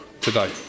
today